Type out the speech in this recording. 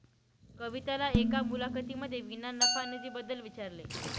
कविताला एका मुलाखतीमध्ये विना नफा निधी बद्दल विचारले